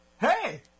Hey